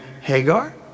Hagar